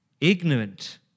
ignorant